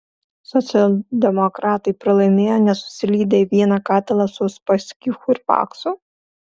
socialdemokratai pralaimėjo nes susilydė į vieną katilą su uspaskichu ir paksu